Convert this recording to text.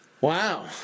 Wow